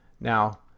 Now